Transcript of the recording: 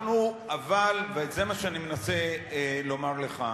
אנחנו, אבל, וזה מה שאני מנסה לומר לך,